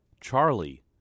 Charlie